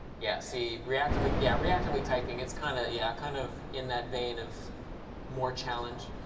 yeah. see, reactively yeah reactively typing, it's kind of, yeah, kind of in that vein of more challenge.